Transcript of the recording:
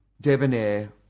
debonair